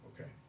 Okay